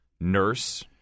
nurse